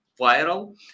viral